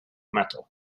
metal